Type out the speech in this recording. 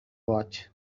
watch